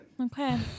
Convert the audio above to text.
Okay